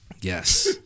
yes